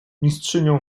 mistrzynią